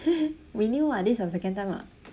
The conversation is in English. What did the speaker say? we knew [what] this is our second time [what]